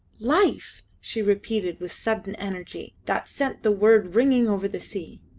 life! she repeated with sudden energy that sent the word ringing over the sea.